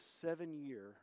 seven-year